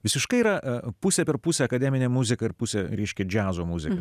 visiškai yra pusę per pusę akademinę muziką ir pusę ryški džiazo muzikos